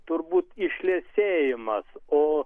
turbūt išliesėjimas o